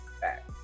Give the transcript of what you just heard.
back